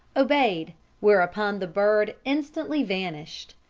obeyed whereupon the bird instantly vanished.